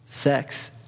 Sex